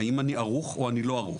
האם אני ערוך או אני לא ערוך?